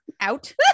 out